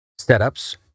Setups